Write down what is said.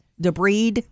debris